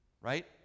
Right